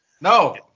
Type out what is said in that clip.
No